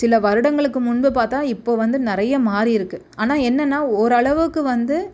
சில வருடங்களுக்கு முன்பு பார்த்தா இப்போது வந்து நிறைய மாறியிருக்கு ஆனால் என்னென்னால் ஓரளவுக்கு வந்து